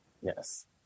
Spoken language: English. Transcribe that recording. Yes